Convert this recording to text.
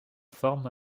forme